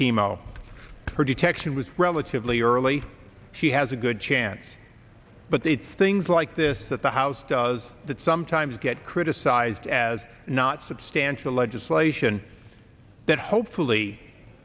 chemo her detection was relatively early she has a good chance but they things like this that the house does that sometimes get criticized as not substantial legislation that hopefully